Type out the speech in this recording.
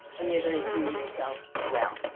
and you're going to do yourself well.